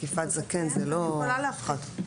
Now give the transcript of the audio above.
אני יכולה להפחית.